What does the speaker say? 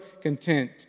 content